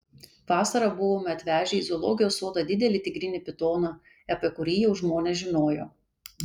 vasarą buvome atvežę į zoologijos sodą didelį tigrinį pitoną apie kurį jau žmonės žinojo